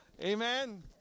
Amen